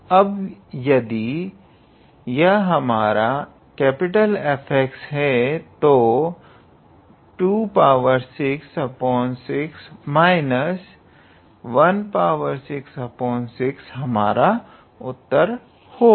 अब यदि यह हमारा F है तो 266 166 हमारा उत्तर होगा